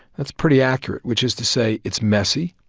that's pretty accurate. which is to say it's messy,